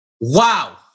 Wow